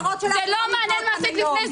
זה לא מעניין מה עשית לפני כן.